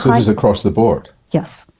like is across the board. yes.